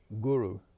guru